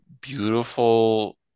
beautiful